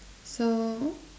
so